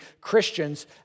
Christians